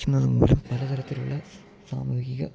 ഇരിക്കുന്നത് മൂലം പല തരത്തിലുള്ള സാമൂഹിക